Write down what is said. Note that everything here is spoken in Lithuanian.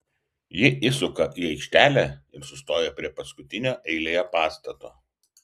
ji įsuka į aikštelę ir sustoja prie paskutinio eilėje pastato